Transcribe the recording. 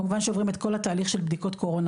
כמובן שעוברים את כל התהליך של בדיקות קורונה